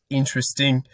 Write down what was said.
interesting